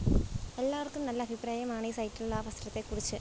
എല്ലാവർക്കും നല്ല അഭിപ്രായമാണ് ഈ സൈറ്റിലുള്ള ആ വസ്ത്രത്തെ കുറിച്ച്